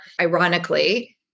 ironically